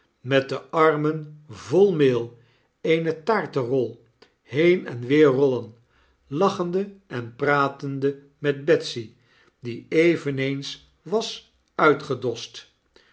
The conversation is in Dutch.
met de armen vol meel eene taarterol heen en weer rollen lachende en pratende met betsy die eveneens was uitgedost